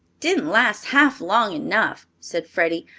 didn't last half long enough, said freddie.